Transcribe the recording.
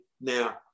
Now